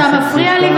אתה מפריע לי,